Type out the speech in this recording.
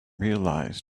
realized